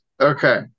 Okay